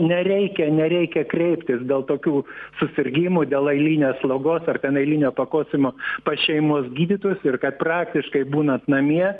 nereikia nereikia kreiptis dėl tokių susirgimų dėl eilinės slogos ar ten eilinio pakosėjimo pas šeimos gydytojus ir kad praktiškai būnant namie